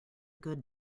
good